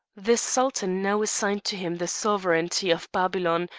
the sultan now assigned to him the sovereignty of babylon,